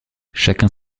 chacun